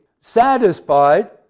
satisfied